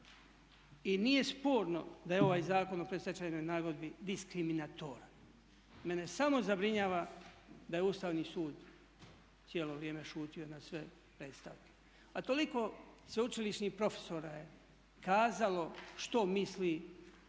I nije sporno da je ovaj Zakon o predstečajnoj nagodbi diskriminatoran. Mene samo zabrinjava da je Ustavni sud cijelo vrijeme šutio na sve predstavke. A toliko sveučilišnih profesora je kazalo što misli o